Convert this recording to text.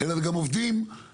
אבל בגלל זה איחרתי.